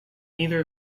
neither